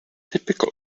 typical